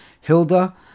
Hilda